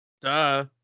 Duh